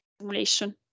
simulation